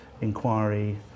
inquiry